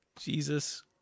Jesus